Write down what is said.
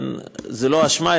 זו לא אשמה,